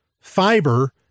fiber